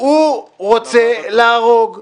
הוא רוצה להרוג יהודים,